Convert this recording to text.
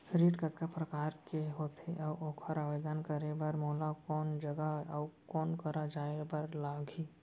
ऋण कतका प्रकार के होथे अऊ ओखर आवेदन करे बर मोला कोन जगह अऊ कोन करा जाए बर लागही?